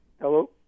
Hello